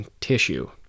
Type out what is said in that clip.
tissue